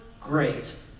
great